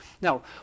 Now